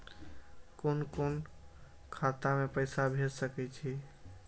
कुन कोण खाता में पैसा भेज सके छी?